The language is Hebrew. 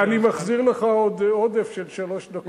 אני מחזיר לך עוד עודף של שלוש דקות.